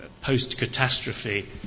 post-catastrophe